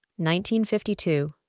1952